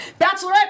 bachelorette